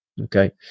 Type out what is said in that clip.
Okay